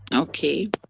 okay.